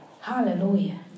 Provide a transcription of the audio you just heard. Hallelujah